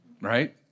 Right